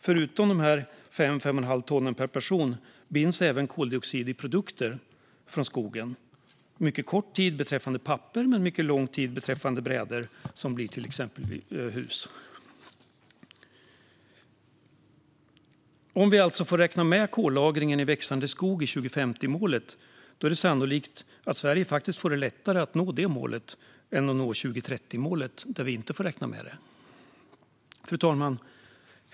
Förutom dessa 5-5 1⁄2 ton per person binds även koldioxid i produkter från skogen - mycket kort tid beträffande papper, men mycket lång tid beträffande brädor som blir till exempelvis hus. Om vi alltså får räkna med kollagringen i växande skog i 2050-målet är det sannolikt att Sverige får det lättare att nå det målet än att nå 2030-målet, där vi inte får räkna med det. Fru talman!